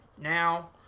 now